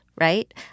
right